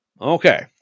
Okay